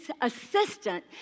assistant